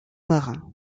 marins